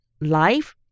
life